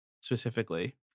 specifically